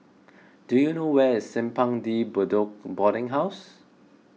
do you know where is Simpang De Bedok Boarding House